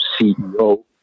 ceo